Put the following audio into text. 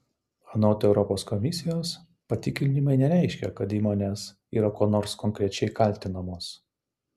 anot europos komisijos patikrinimai nereiškia kad įmonės yra kuo nors konkrečiai kaltinamos